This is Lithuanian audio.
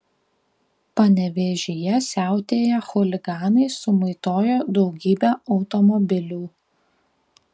panevėžyje siautėję chuliganai sumaitojo daugybę automobilių